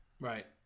Right